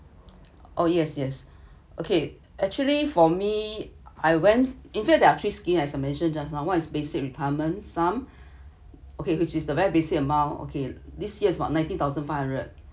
oh yes yes okay actually for me I went in fact there are three scheme as a I mentioned just now one is basic retirement sum okay which is the very basic amount okay this year's about nineteen thousand five hundred